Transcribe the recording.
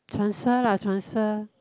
transfer lah transfer